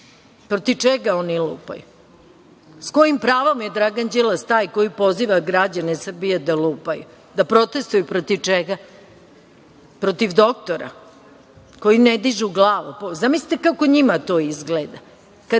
čega oni lupaju? Sa kojim pravom je Dragan Đilas taj koji poziva građane Srbije da lupaju? Da protestvuju protiv čega? Protiv doktora koji ne dižu glavu? Zamislite kako njima to izgleda